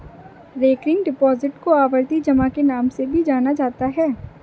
recurring deposit को आवर्ती जमा के नाम से भी जाना जाता है